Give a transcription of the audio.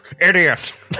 Idiot